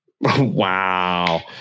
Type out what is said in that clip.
Wow